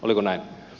oliko näin